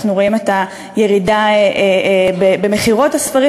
אנחנו רואים את הירידה במכירות הספרים,